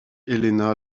helena